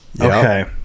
Okay